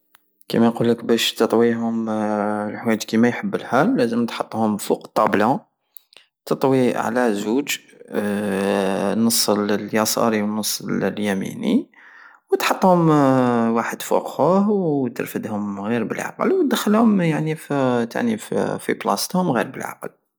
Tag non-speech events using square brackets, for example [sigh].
كيما يقولك بش تطويهم للل- لحوايج كيما يحب الحال للزم تحطهم فوق الطابلة تطوي علازوج [hesitation] نص اليساري والنص اليميني وتحطهم [hesitation] وحد فوق خوه وترفدهم غير بلعقل ودخلهم يعني فتاني- فبلصتهم غير بلعقل